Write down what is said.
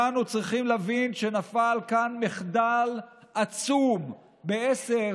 כולנו צריכים להבין שנפל כאן מחדל עצום ב-10,